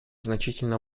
значительно